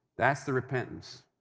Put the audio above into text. that's the repentance.